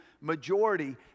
majority